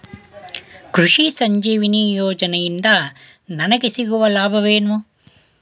ಕೃಷಿ ಸಂಜೀವಿನಿ ಯೋಜನೆಯಿಂದ ನನಗೆ ಸಿಗುವ ಲಾಭವೇನು?